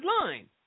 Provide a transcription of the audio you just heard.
line